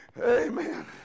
Amen